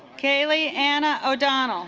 kaylee anna o'donnell